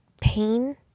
pain